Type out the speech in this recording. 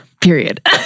Period